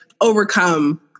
overcome